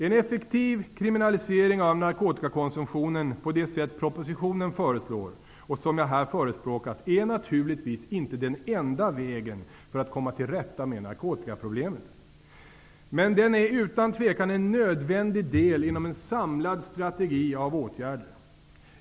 En effektiv kriminalisering av narkotikakonsumtionen på det sätt som man i propositionen föreslår och som jag här har förespråkat är naturligtvis inte den enda vägen för att komma till rätta med narkotikaproblemet. Men den är utan tvivel en nödvändig del inom en samlad strategi av åtgärder.